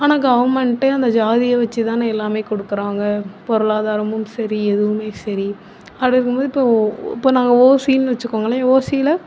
ஆனால் கவுர்மெண்ட்டு அந்த ஜாதியை வச்சு தான் எல்லாம் கொடுக்குறாங்க பொருளாதாரமும் சரி எதுவும் சரி அது இருக்கும் போது இப்போது இப்போ நாங்கள் ஓசின்னு வச்சுக்கோங்களேன் ஓசில்